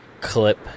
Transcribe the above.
clip